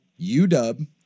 UW